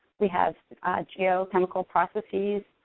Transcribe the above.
we have ah geochemical processes,